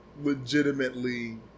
legitimately